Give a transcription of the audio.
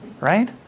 right